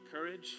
courage